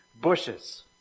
bushes